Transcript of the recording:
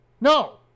No